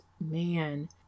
Man